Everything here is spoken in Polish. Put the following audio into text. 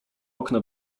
okna